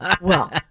well-